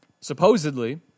supposedly